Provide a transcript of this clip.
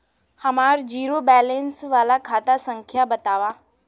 हमार zero balance वाला खाता संख्या वतावा?